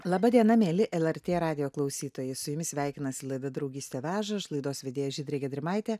laba diena mieli lrt radijo klausytojai su jumis sveikinasi laida draugystė veža aš laidos vedėja žydrė gedrimaitė